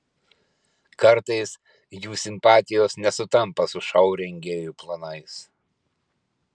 kartais jų simpatijos nesutampa su šou rengėjų planais